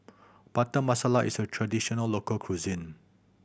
Butter Masala is a traditional local cuisine